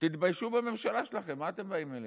תתביישו בממשלה שלכם, מה אתם באים אלינו?